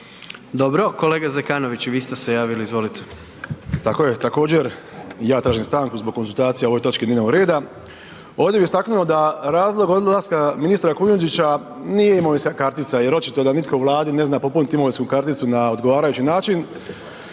izvolite. **Zekanović, Hrvoje (HRAST)** Tako je, također i ja tražim stanku zbog konzultacija o ovoj točki dnevnog reda. Ovdje bi istaknuo da razlog odlaska ministra Kujundžića nije imovinska kartica jer je očito da nitko u Vladi ne zna popuniti imovinsku karticu na odgovarajući način,